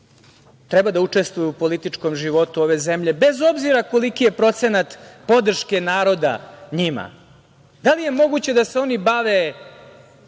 treba da učestvuju u političkom životu ove zemlje, bez obzira koliki je procenat podrške naroda njima, da li je moguće da se oni bave